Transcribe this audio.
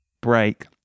break